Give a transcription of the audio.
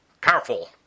Careful